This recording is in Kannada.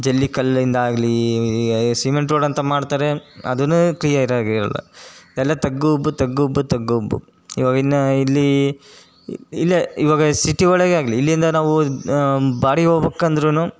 ಜಲ್ಲಿ ಕಲ್ಲಿಂದಾಗಲಿ ಸಿಮೆಂಟ್ ರೋಡ್ ಅಂತ ಮಾಡ್ತಾರೆ ಅದು ಕ್ಲೀಯರಾಗಿ ಇರೋಲ್ಲ ಎಲ್ಲ ತಗ್ಗು ಉಬ್ಬು ತಗ್ಗು ಉಬ್ಬು ತಗ್ಗು ಉಬ್ಬು ಇವಾಗ ಇನ್ನ ಇಲ್ಲಿ ಇಲ್ಲೇ ಇವಾಗ ಸಿಟಿ ಒಳಗೇ ಆಗಲಿ ಇಲ್ಲಿಂದ ನಾವು ಬಾಡಿಗೆ ಹೋಗ್ಬಕಂದ್ರು